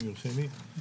אם יורש לי.